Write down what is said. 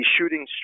shooting